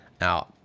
Now